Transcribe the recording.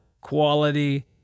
quality